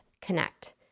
connect